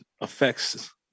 affects